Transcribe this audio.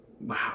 Wow